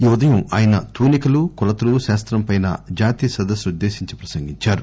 ఈ ఉదయం ఆయన తూనికలు కొలతలు శాస్తంపై జాతీయ సదస్పునుద్దేశించి ప్రసంగించారు